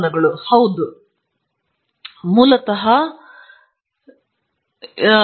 ನೀವು ಪ್ರವೇಶಿಸಲು ಪದವಿಪೂರ್ವ ಅಥವಾ ಸ್ನಾತಕೋತ್ತರ ಪದವೀಧರರಾಗಿದ್ದಾರೆ